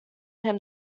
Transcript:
him